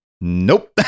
Nope